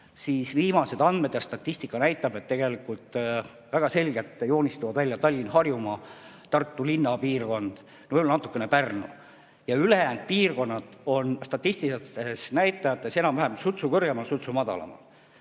siis viimased andmed ja statistika näitavad, et väga selgelt joonistuvad välja Tallinn, Harjumaa, Tartu linna piirkond, võib-olla natukene Pärnu. Ülejäänud piirkonnad on statistiliste näitajatega enam-vähem kas sutsu kõrgemal, sutsu madalamal.